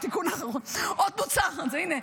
הינה,